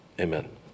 Amen